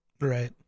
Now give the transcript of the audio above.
Right